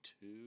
two